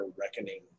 reckoning